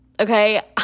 Okay